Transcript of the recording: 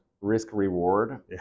risk-reward